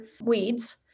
weeds